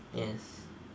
yes